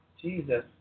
Jesus